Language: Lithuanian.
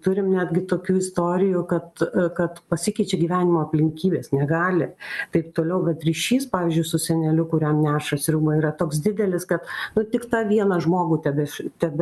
turim netgi tokių istorijų kad kad pasikeičia gyvenimo aplinkybės negali taip toliau bet ryšys pavyzdžiui su seneliu kuriam neša sriuba yra toks didelis kad nu tik tą vieną žmogų ten iš ten